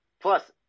Plus